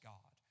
God